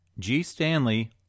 gstanley